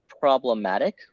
problematic